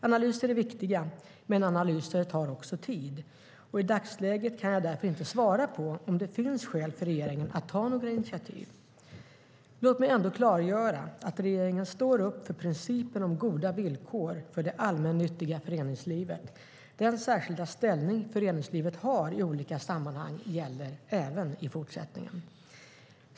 Analyser är viktiga, men analyser tar också tid, och i dagsläget kan jag därför inte svara på om det finns skäl för regeringen att ta några initiativ. Låt mig ändå klargöra att regeringen står upp för principen om goda villkor för det allmännyttiga föreningslivet. Den särskilda ställning föreningslivet har i olika sammanhang gäller även i fortsättningen.